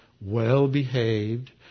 well-behaved